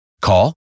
Call